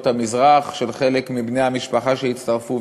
המזרח של חלק מבני המשפחה שהצטרפו,